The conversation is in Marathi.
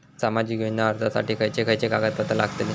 सामाजिक योजना अर्जासाठी खयचे खयचे कागदपत्रा लागतली?